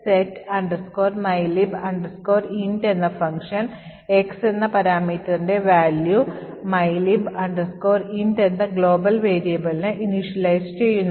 set mylib int എന്ന function X എന്ന parameterൻറെ value mylib int എന്ന global variableന് initialise ചെയ്യുന്നു